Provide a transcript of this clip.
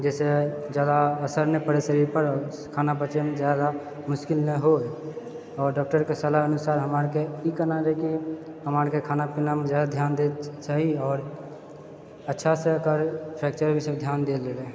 जाहिसँ जादा असर नहि पड़ै शरीर पर खाना पचैमे जादा मुश्किल नहि होए आओर डॉक्टरके सलाह अनुसार हमरा आरके की करना रहै कि हमरा आरके खाना पीनामे ज्यादा ध्यान दएके चाही आओर अच्छासँ एकर फ्रेक्चर पर ध्यान देल जाए